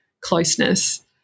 closeness